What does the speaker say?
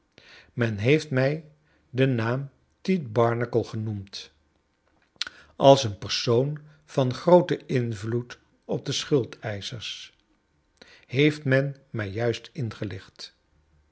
men heeft mij den naam tite barnacle genoemd als een persoon van grooten invloed op de schuldeischers heeft men mij juist ingelicht